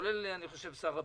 כולל שר הפנים,